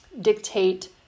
dictate